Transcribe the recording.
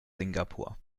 singapur